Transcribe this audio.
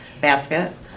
basket